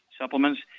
supplements